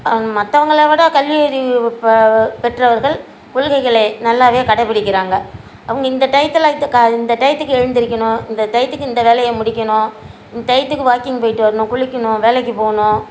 மற்றவங்களோட கல்வி அறிவு இப்போ பெற்றவர்கள் கொள்கைகளை நல்லாவே கடைப்பிடிக்கிறாங்க அவங்க இந்த டைத்தில் இந்த இந்த டைத்துக்கு எழுந்திரிருக்கணும் இந்த டைத்துக்கு இந்த வேலையை முடிக்கணும் இந்த டைத்துக்கு வாக்கிங் போயிட்டு வரணும் குளிக்கணும் வேலைக்கு போகணும்